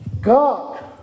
God